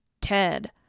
Ted